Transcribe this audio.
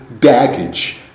baggage